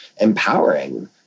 empowering